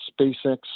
SpaceX